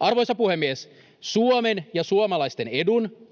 Arvoisa puhemies! Suomen ja suomalaisten edun